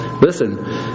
Listen